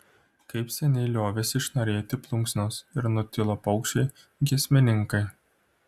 kaip seniai liovėsi šnarėti plunksnos ir nutilo paukščiai giesmininkai